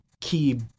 key